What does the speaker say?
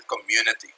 community